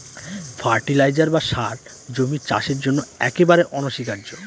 fertiliser বা সার জমির চাষের জন্য একেবারে অনস্বীকার্য